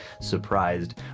Surprised